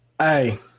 Hey